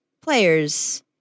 players